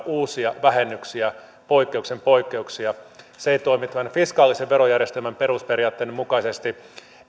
uusia vähennyksiä poikkeuksen poikkeuksia se ei toimi tämän fiskaalisen verojärjestelmän perusperiaatteen mukaisesti